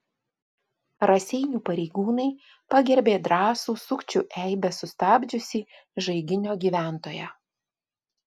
raseinių pareigūnai pagerbė drąsų sukčių eibes sustabdžiusį žaiginio gyventoją